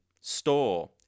store